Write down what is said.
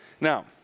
Now